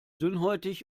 dünnhäutig